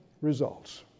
results